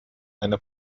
eine